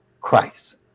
Christ